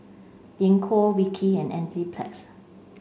Gingko Vichy and Enzyplex